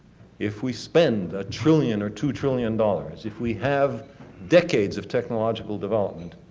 if we spend a trillion or two trillion dollars, if we have decades of technological development,